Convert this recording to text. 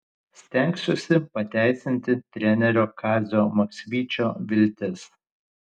stengsiuosi pateisinti trenerio kazio maksvyčio viltis